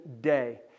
day